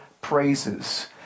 praises